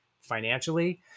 financially